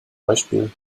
beispiel